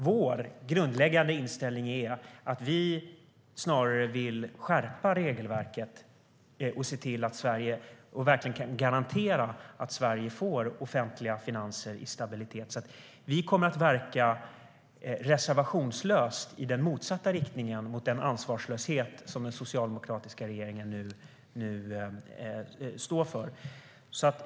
Vår grundläggande inställning är att vi snarare vill skärpa regelverket för att verkligen garantera att Sverige får offentliga finanser i stabilitet. Vi kommer reservationslöst att verka i motsatt riktning mot den ansvarslöshet som den socialdemokratiska regeringen nu står för.